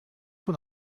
von